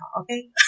okay